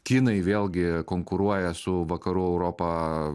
kinai vėlgi konkuruoja su vakarų europa